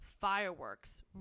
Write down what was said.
fireworks